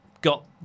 got